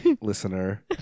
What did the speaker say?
listener